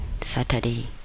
Saturday